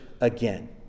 again